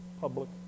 public